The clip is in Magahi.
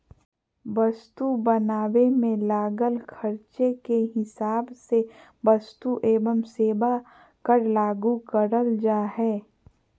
वस्तु बनावे मे लागल खर्चे के हिसाब से वस्तु एवं सेवा कर लागू करल जा हय